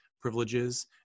privileges